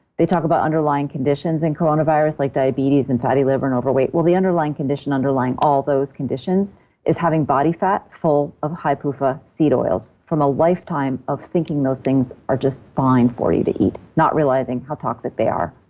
they talk about underlying conditions in coronavirus like diabetes and fatty liver and overweight. well, the underlying condition underlying all those conditions is having body fat full of high pufa seed oils from a lifetime of thinking those things are just fine for you to eat, not realizing how toxic they are